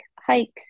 hikes